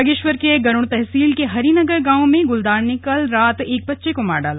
बागेश्वर के गरूड़ तहसील के हरीनगरी गांव में गुलदार ने कल रात एक बच्चे को मार ड़ाला